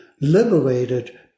liberated